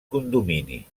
condomini